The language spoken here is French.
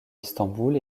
istanbul